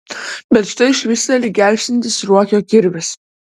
bet štai švysteli gelbstintis ruokio kirvis